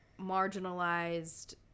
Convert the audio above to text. marginalized